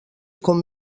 com